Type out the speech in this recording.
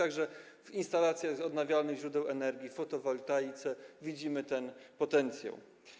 A zatem w instalacjach odnawialnych źródeł energii, fotowoltaice widzimy ten potencjał.